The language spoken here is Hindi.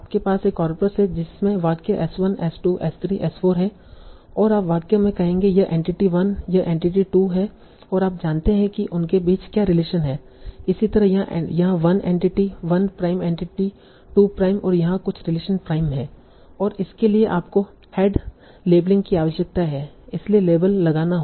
आपके पास एक कॉर्पस है जिसमे वाक्य S1 S2 S3 S4 है और आप वाक्य में कहते हैं यह एंटिटी 1 यह एंटिटी 2 है और आप जानते हैं कि उनके बीच क्या रिलेशन है इसी तरह यहां 1 एंटिटी 1 प्राइम एंटिटी 2 प्राइम और यहाँ कुछ रिलेशन प्राइम है और इसके लिए आपको हैंड लेबलिंग की आवश्यकता है इसलिए लेबल लगाना होगा